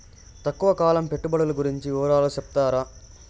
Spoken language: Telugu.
తక్కువ కాలం పెట్టుబడులు గురించి వివరాలు సెప్తారా?